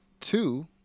two